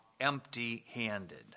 empty-handed